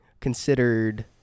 considered